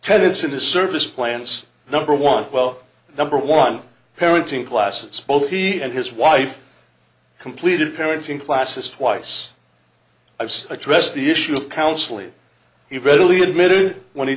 tenants in the service plans number one well number one parenting classes both he and his wife completed parenting classes twice i've addressed the issue of counseling he readily admitted when he